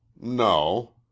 No